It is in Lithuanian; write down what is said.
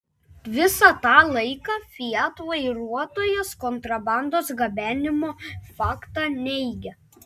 visą tą laiką fiat vairuotojas kontrabandos gabenimo faktą neigė